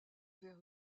vers